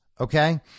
Okay